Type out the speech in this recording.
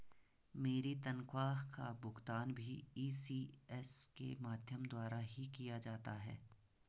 मेरी तनख्वाह का भुगतान भी इ.सी.एस के माध्यम द्वारा ही किया जाता है